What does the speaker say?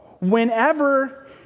whenever